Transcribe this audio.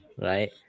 right